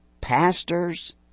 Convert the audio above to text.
pastors